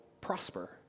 prosper